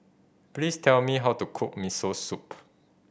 please tell me how to cook Miso Soup